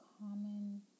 common